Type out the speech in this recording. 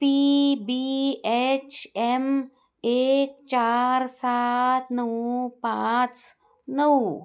P B A च् ए म् ए क चा र सा त नऊ पा च नऊ